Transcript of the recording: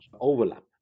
overlap